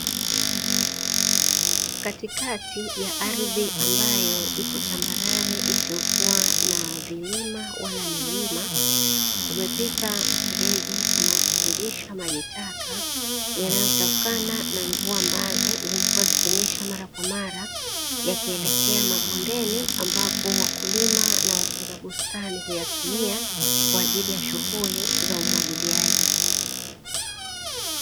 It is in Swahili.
Katikati ya ardhi ambayo ipo tambarare isiyokuwa vilima wala milima, umepita mfereji unaotiririsha maji taka yanayotokana na mvua ambazo zimekuwa zikinyesha mara kwa mara; yakielekea bondeni ambapo wakulima na watunza bustani huyatumia kwa ajili ya shughuli za umwagiliaji.